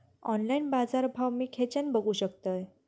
Online बाजारभाव मी खेच्यान बघू शकतय?